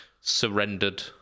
surrendered